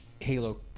Halo